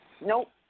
Nope